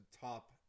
top